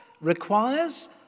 requires